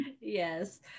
Yes